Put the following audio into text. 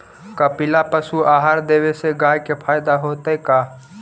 कपिला पशु आहार देवे से गाय के फायदा होतै का?